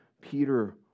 Peter